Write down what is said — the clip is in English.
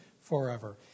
forever